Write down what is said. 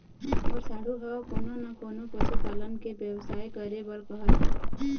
मोर साढ़ू ह कोनो न कोनो पशु पालन के बेवसाय करे बर कहत हे